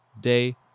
day